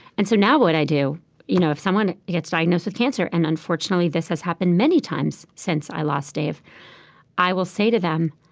and so now what i do you know if someone gets diagnosed with cancer and unfortunately, this has happened many times since i lost dave i will say to them,